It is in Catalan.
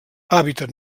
hàbitat